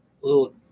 little